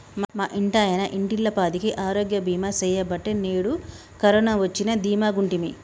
మా ఇంటాయన ఇంటిల్లపాదికి ఆరోగ్య బీమా సెయ్యబట్టే నేడు కరోన వచ్చినా దీమాగుంటిమి